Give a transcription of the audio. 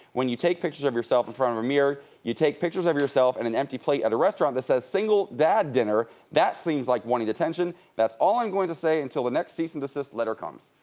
when you take pictures of yourself in front of a mirror, you take pictures of yourself and an empty plate at a restaurant that says single dad dinner, that seems like wanting attention. that's all i'm going to say until the next cease and desist letter comes.